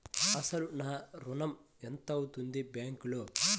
అసలు నా ఋణం ఎంతవుంది బ్యాంక్లో?